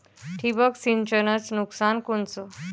ठिबक सिंचनचं नुकसान कोनचं?